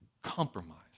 Compromise